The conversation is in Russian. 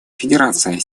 федерация